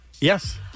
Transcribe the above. Yes